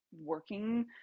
working